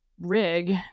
rig